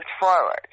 forward